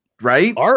Right